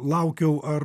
laukiau ar